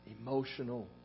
emotional